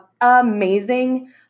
amazing